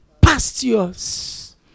pastures